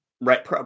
right